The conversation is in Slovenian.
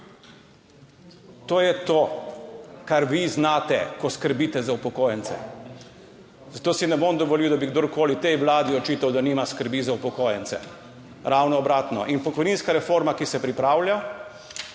To je to, kar vi znate, ko skrbite za upokojence. Zato si ne bom dovolil, da bi kdorkoli tej vladi očital, da nima skrbi za upokojence. Ravno obratno. In pokojninska reforma, ki se pripravlja,